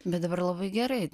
bet dabar labai gerai